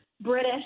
British